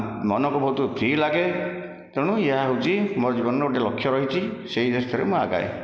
ମନକୁ ବହୁତ ଫ୍ରୀ ଲାଗେ ତେଣୁ ଏହା ହେଉଛି ମୋ ଜୀବନର ଗୋଟିଏ ଲକ୍ଷ୍ୟ ରହିଛି ସେହି ଉଦ୍ଦେଶ୍ୟରେ ମୁଁ ଆଗାଏ